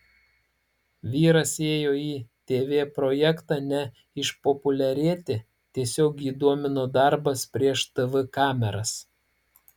vyras ėjo į tv projektą ne išpopuliarėti tiesiog jį domino darbas prieš tv kameras